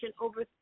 over